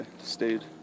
stayed